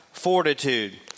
Fortitude